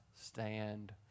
stand